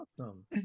awesome